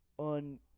On